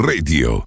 Radio